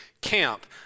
camp